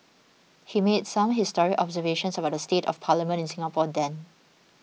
he made some historic observations about the state of Parliament in Singapore then